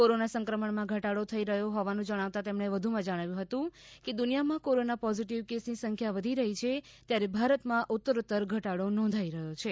corona સંક્રમણમાં ઘટાડો થઈ રહ્યો હોવાનું જણાવતા તેમણે ઉમેર્થું કે દુનિયામાં કોરોના પોઝિટિવ કેસની સંખ્યા વધી રહી છે ત્યારે ભારતમાં ઉતરોતર ઘટાડો નોંધાઈ રહ્યો છે